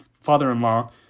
father-in-law